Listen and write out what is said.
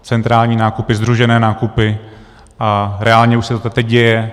Centrální nákupy, sdružené nákupy, reálně už se to teď děje.